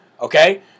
okay